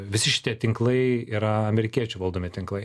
visi šitie tinklai yra amerikiečių valdomi tinklai